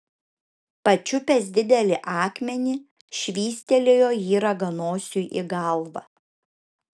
pačiupęs didelį akmenį švystelėjo jį raganosiui į galvą